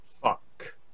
Fuck